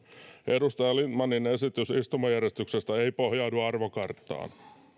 edustaja lindtmanin esitys istumajärjestyksestä ei pohjaudu arvokarttaan